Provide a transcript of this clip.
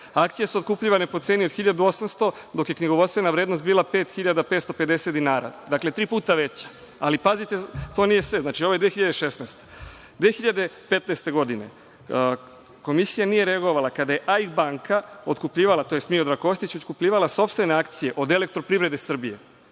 Akcije su otkupljivane po ceni od 1.800 dok je knjigovodstvena vrednost bila pet hiljada 550 dinara, dakle tri puta veća. Ali, pazite to nije sve. Znači, ovo je 2016.Godine 2015. komisija nije reagovala kada je „AIK banka“ otkupljivala, tj. Miodrag Kostić, otkupljivala sopstveni akcije od Elektroprivrede Srbije,